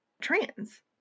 trans